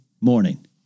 morning